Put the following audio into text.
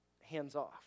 hands-off